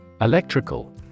Electrical